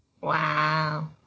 wow